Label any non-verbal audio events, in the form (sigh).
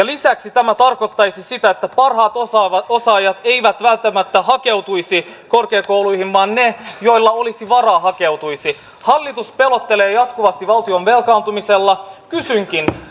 (unintelligible) lisäksi tämä tarkoittaisi sitä että parhaat osaajat osaajat eivät välttämättä hakeutuisi korkeakouluihin vaan ne joilla olisi varaa hakeutuisivat hallitus pelottelee jatkuvasti valtion velkaantumisella kysynkin